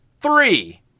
three